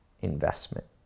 investment